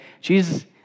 Jesus